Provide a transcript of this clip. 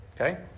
Okay